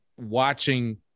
watching